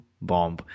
bomb